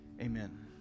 Amen